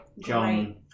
John